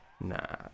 nah